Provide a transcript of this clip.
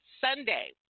Sunday